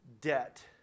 debt